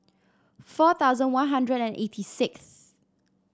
four thousand One Hundred and eighty sixth